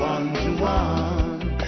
One-to-one